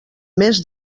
més